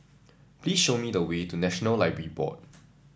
please show me the way to National Library Board